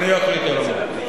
אני אחליט על המועד.